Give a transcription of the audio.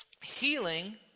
healing